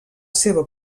seva